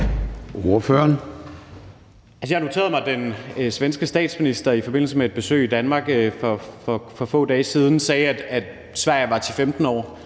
Jeg noterede mig, at den svenske statsminister i forbindelse med et besøg i Danmark for få dage siden sagde, at Sverige var 10-15 år